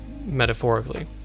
metaphorically